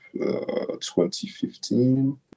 2015